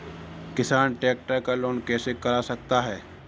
किसान ट्रैक्टर का लोन कैसे करा सकता है?